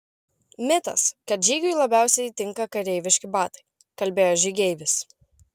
mitas kad žygiui labiausiai tinka kareiviški batai kalbėjo žygeivis